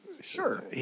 Sure